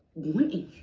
wanting